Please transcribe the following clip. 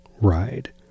ride